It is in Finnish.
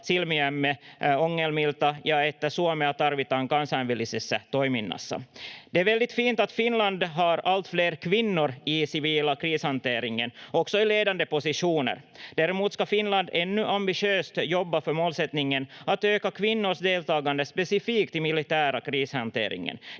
ja että Suomea tarvitaan kansainvälisessä toiminnassa. Det är väldigt fint att Finland har allt fler kvinnor i den civila krishanteringen, också i ledande positioner. Däremot ska Finland ännu ambitiöst jobba för målsättningen att öka kvinnors deltagande specifikt i militär krishantering.